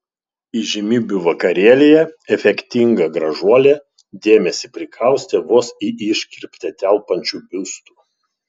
įžymybių vakarėlyje efektinga gražuolė dėmesį prikaustė vos į iškirptę telpančiu biustu